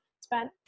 spent